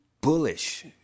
bullish